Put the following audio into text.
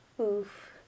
Oof